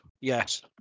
Yes